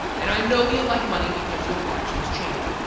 and i know you like money because you watch this channel.